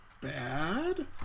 bad